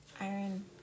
iron